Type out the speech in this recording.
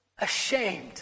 ashamed